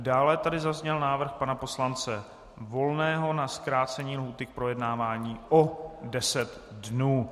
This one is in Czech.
Dále tady zazněl návrh pana poslance Volného na zkrácení lhůty k projednávání o deset dnů.